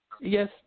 Yes